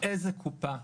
איזה קופה,